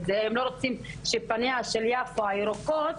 הם לא רוצים שפניה של יפו הירוקות,